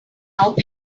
help